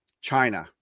China